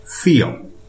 feel